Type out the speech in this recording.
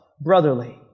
brotherly